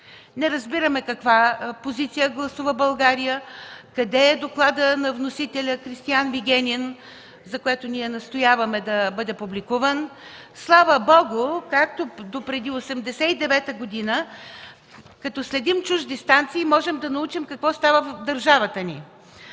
не разбираме каква позиция гласува България, къде е докладът на вносителя Кристиан Вигенин, който ние настояваме да бъде публикуван. Слава Богу, както допреди 1989 г., като следим чужди станции, можем да научим какво става в държавата ни.